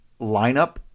lineup